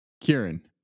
Kieran